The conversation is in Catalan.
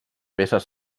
peces